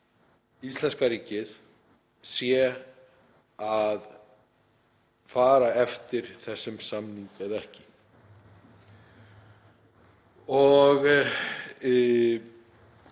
íslenska ríkið sé að fara eftir þessum samningi eða ekki. Og